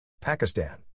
Pakistan